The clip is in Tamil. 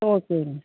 ஓகேங்க